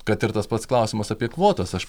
kad ir tas pats klausimas apie kvotas aš